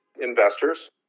investors